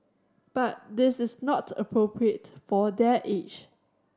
but this is not appropriate for their age